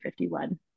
51